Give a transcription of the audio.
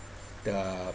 the